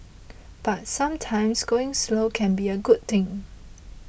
but sometimes going slow can be a good thing